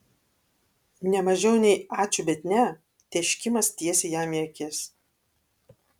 ne mažiau nei ačiū bet ne tėškimas tiesiai jam į akis